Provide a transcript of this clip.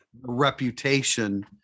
reputation